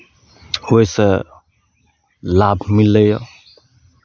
ओहिसँ लाभ मिलैए